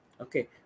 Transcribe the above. okay